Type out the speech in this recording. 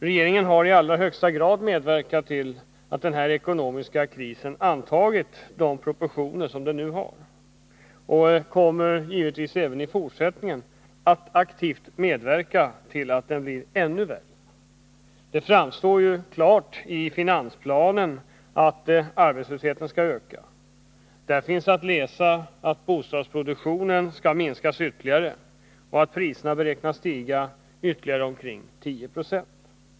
Regeringen har i allra högsta grad 121 medverkat till att denna ekonomiska kris antagit de proportioner som den nu har, och regeringen kommer även i fortsättningen att aktivt medverka till att den blir ännu värre. Det framstår klart i finansplanen att arbetslösheten skall öka. Där finns att läsa att bostadsproduktionen skall minskas ytterligare och att priserna beräknas stiga med ytterligare omkring 10 96.